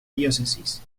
diócesis